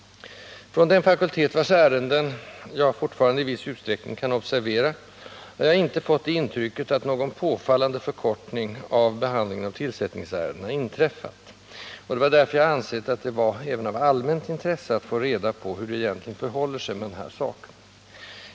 Från den fakultet, vars ärenden jag fortfarande i viss utsträckning kan observera, har jag inte fått det intrycket att någon påfallande förkortning av behandlingen av dessa tillsättningsärenden inträffat. Det är därför jag ansett det även vara av allmänt intresse att få reda på hur det egentligen förhåller sig med den här saken.